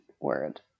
word